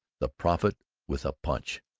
the prophet with a punch,